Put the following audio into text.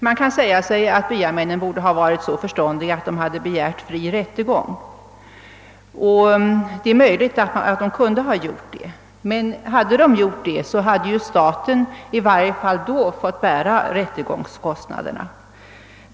Man kan säga sig att byamännen borde ha varit så förståndiga att de hade begärt fri rättegång, och det är möjligt att de kunde ha gjort detta. Men om de hade gjort det hade staten i alla händelser fått bära rättegångskostnaderna.